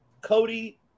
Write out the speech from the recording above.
Cody